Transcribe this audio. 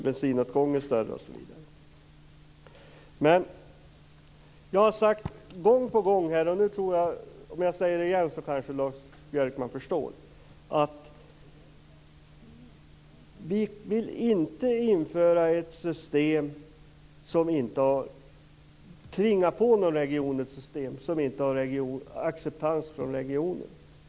Bensinåtgången blir större osv. Jag har sagt gång på gång - och om jag säger det igen så kanske Lars Björkman förstår - att vi inte vill tvinga på någon region ett system som inte har acceptans i regionen.